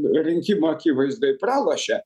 rinkimų akivaizdoj pralošė